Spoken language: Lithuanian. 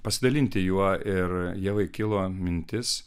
pasidalinti juo ir ievai kilo mintis